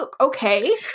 okay